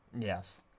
Yes